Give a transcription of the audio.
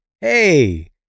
hey